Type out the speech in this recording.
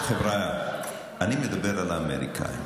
חבריא, אני מדבר על האמריקאים.